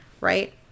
right